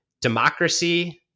democracy